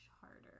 harder